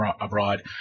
abroad